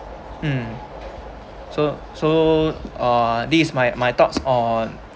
mm so so ah these is my my thoughts on